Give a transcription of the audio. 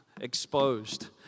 exposed